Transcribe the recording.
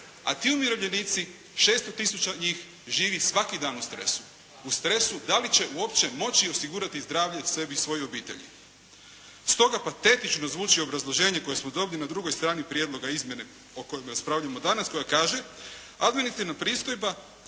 a ti umirovljenici 600 tisuća od njih živi svaki dan u stresu, u stresu da li će uopće moći osigurati zdravlje sebi i svojoj obitelji. Stoga patetično zvuči obrazloženje koje smo dobili na drugoj strani prijedloga izmjene o kojoj raspravljamo danas, a koja kaže: "Administrativna pristojba